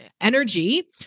energy